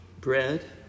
bread